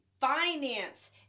finance